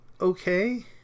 okay